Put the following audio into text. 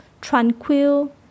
tranquil